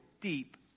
deep